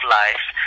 life